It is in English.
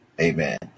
amen